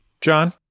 John